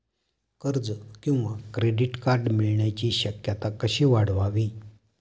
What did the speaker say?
कर्ज किंवा credit card मिळण्याची शक्यता कशी वाढवावी?